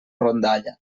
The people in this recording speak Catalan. rondalla